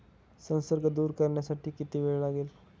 संसर्ग दूर करण्यासाठी किती वेळ लागेल?